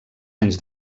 anys